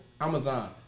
Amazon